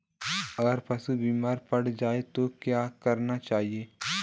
अगर पशु बीमार पड़ जाय तो क्या करना चाहिए?